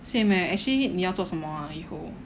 same leh actually 你要做什么 ah 以后